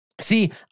See